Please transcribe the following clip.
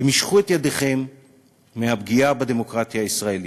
ומשכו את ידיכם מהפגיעה בדמוקרטיה הישראלית.